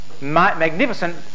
magnificent